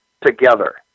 together